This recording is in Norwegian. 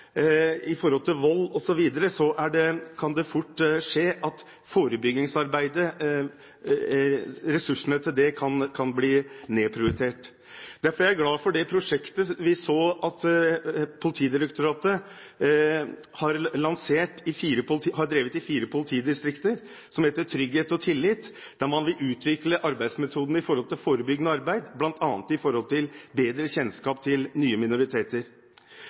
i forhold til vold osv., kan det fort skje at ressursene til forebyggingsarbeidet kan bli nedprioritert. Derfor er jeg glad for det prosjektet vi så at Politidirektoratet har drevet i fire politidistrikter, som heter Trygghet og tillit, der man vil utvikle arbeidsmetodene for forebyggende arbeid, bl.a. med tanke på bedre kjennskap til nye minoriteter.